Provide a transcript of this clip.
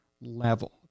level